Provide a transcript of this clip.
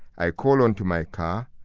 i call unto my car.